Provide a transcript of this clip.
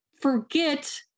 forget